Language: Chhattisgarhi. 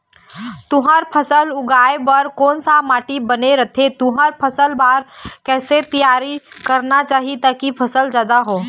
तुंहर फसल उगाए बार कोन सा माटी बने रथे तुंहर फसल बार कैसे तियारी करना चाही ताकि फसल जादा हो?